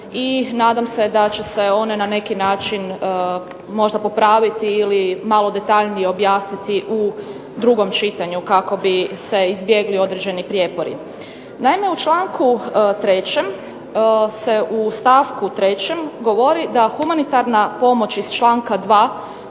i nadam se da će se one na neki način možda popraviti ili malo detaljnije objasniti u drugom čitanju kako bi se izbjegli određeni prijepori. Naime, u članku 3. se u stavku 3. govori da humanitarna pomoć iz članka 2.